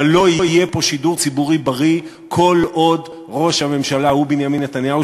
אבל לא יהיה פה שידור ציבורי בריא כל עוד ראש הממשלה הוא בנימין נתניהו,